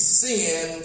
sin